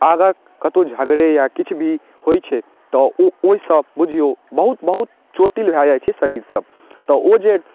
अगर कतहुँ झगड़े या किछु भी होयत छै तऽ ओ ओहिसँ बुझिऔ बहुत बहुत चोटिल भए जाइत छै शरीर सब तऽ ओ जे